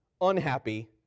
unhappy